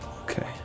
Okay